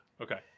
Okay